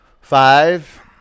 five